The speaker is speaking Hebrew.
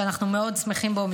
שאנחנו מאוד שמחים בו.